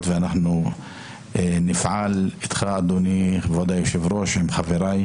ואנחנו נפעל אתך אדוני כבוד היושב-ראש ועם חבריי